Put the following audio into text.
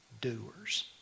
doers